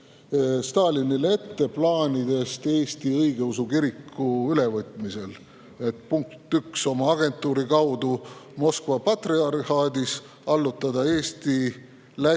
Stalinile ette plaanidest Eesti õigeusu kirik üle võtta, et, punkt üks, oma agentuuri kaudu Moskva patriarhaadis allutada Eesti,